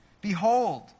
Behold